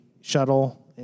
shuttle